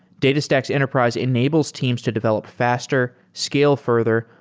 datastax enterprise enables teams to develop faster, scale further,